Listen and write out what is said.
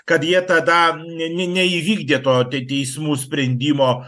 kad jie tada ne neįvykdė to ti teismų sprendimo